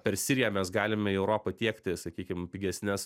per siriją mes galime į europą tiekti sakykim pigesnes